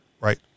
right